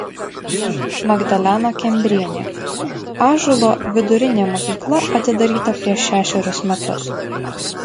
magdalena kembrienė ąžuolo vidurinė mokykla atidaryta prieš šešerius metus